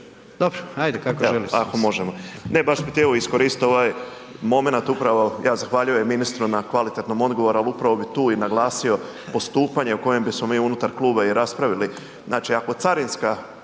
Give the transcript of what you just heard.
Dobro, hajde, kako želite.